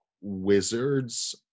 Wizards